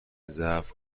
ضعف